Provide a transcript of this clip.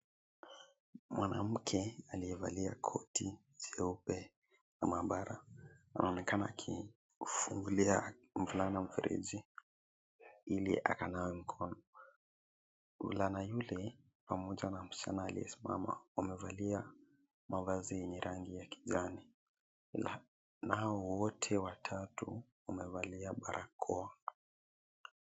Mwanamke aliyevalia koti jeupe ya mabaara anaonekana akifungulia kijana mfereji ili akanawe mkono. Mvulana yule pamoja na msichana aliyesimama wamevalia mavazi yenye rangi ya kijani na hao wote watatu wamevalia barakoa.